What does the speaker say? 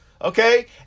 okay